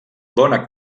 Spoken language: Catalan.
bona